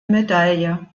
medaille